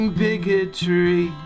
bigotry